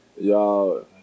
y'all